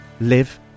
live